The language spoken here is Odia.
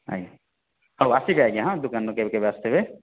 ଆଜ୍ଞା ହଉ ଆସିବେ ଆଜ୍ଞା ହଁ ଦୋକାନକୁ କେବେ କେବେ ଆସୁଥିବେ